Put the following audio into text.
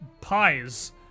pies